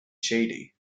shady